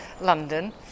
London